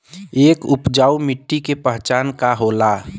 एक उपजाऊ मिट्टी के पहचान का होला?